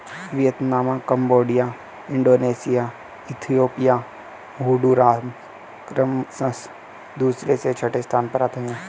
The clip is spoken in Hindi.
Vietnam Cambodia Indonesia Ethiopia Honduras क्रमशः दूसरे से छठे स्थान पर आते हैं